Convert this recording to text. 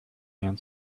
and